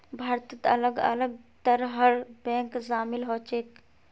भारतत अलग अलग तरहर बैंक शामिल ह छेक